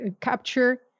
capture